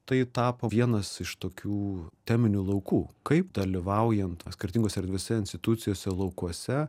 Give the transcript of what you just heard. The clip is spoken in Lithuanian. tai tapo vienas iš tokių teminių laukų kaip dalyvaujant skirtingose erdvėse institucijose laukuose